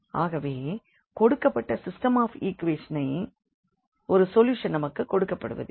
ஆகவே கொடுக்கப்பட்ட system of ஈக்வெஷனை க்கு ஒரு சொல்யூஷன் நமக்குக் கொடுக்கப்படுவதில்லை